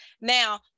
Now